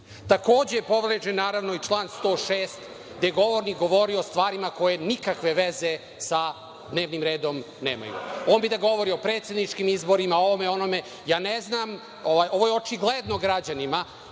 Takođe, povređen, naravno, i član 106. gde je govornik govorio o stvarima koje nikakve veze sa dnevnom redom nemaju. On bi da govori o predsedničkim izborima, ovome, onome, ja ne znam, ovo je očigledno građanima,